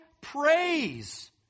praise